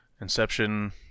Inception